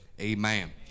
amen